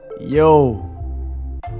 Yo